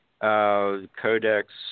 Codex